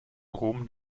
rom